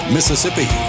Mississippi